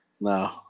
No